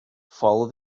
follow